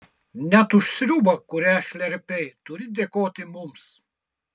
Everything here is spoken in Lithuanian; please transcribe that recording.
net už sriubą kurią šlerpei turi dėkoti mums